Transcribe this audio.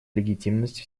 легитимность